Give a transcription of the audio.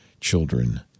children